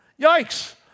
Yikes